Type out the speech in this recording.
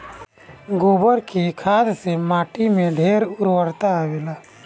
गोबर के खाद से माटी में ढेर उर्वरता आवेला